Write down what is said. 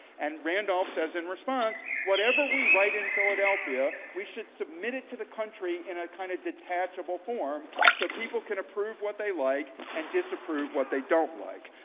and randolph says in response, whatever we write in philadelphia, we should submit it to the country in a kind of detachable form so people can approve what they like, and disapprove what they don't like.